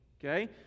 Okay